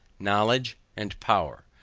knowledge and power.